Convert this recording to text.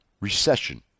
Recession